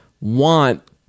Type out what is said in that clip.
want